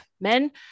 men